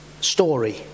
story